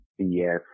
Yes